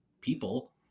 people